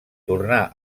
tornà